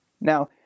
Now